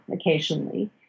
occasionally